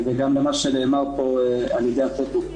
וגם מה שנאמר פה על-ידי הטוטו.